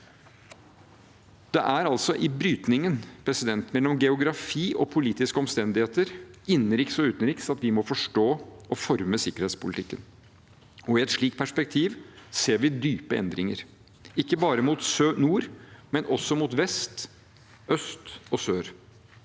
Det er altså i brytningen mellom geografi og politiske omstendigheter, innenriks og utenriks, at vi må forstå og forme sikkerhetspolitikken. I et slikt perspektiv ser vi dype endringer, ikke bare mot nord, men også mot vest, øst og sør.